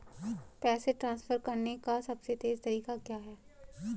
पैसे ट्रांसफर करने का सबसे तेज़ तरीका क्या है?